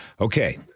Okay